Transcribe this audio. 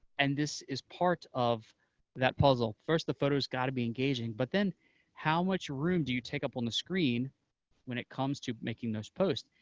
and this is part of that puzzle. first, the photo's got to be engaging, but then how much room do you take up on the screen when it comes to making those posts?